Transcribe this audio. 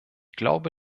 glaube